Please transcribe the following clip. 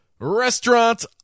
Restaurant